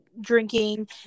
drinking